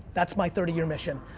that's my thirty year mission.